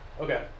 Okay